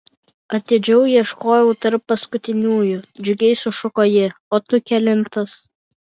atidžiau ieškojau tarp paskutiniųjų džiugiai sušuko ji o tu kelintas